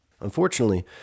Unfortunately